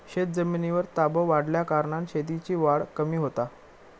शेतजमिनीर ताबो वाढल्याकारणान शेतीची वाढ कमी होता